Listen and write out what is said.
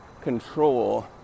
control